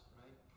right